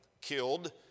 killed